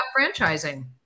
franchising